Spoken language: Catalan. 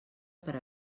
per